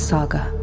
Saga